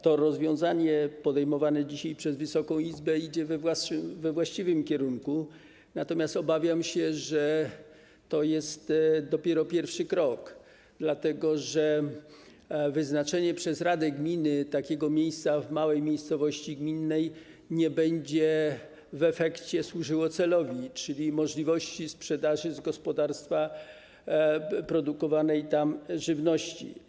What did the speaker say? To rozwiązanie podejmowane dzisiaj przez Wysoką Izbę idzie we właściwym kierunku, natomiast obawiam się, że to jest dopiero pierwszy krok, dlatego że wyznaczenie przez radę gminy takiego miejsca w małej miejscowości gminnej nie będzie w efekcie służyło celowi, czyli możliwości sprzedaży przez gospodarstwa produkowanej tam żywności.